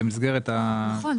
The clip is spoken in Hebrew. נכון.